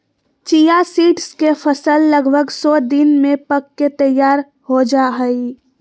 chia seeds के फसल लगभग सो दिन में पक के तैयार हो जाय हइ